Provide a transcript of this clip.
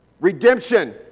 Redemption